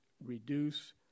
reduce